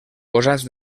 posats